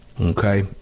Okay